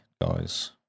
guys